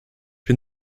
bin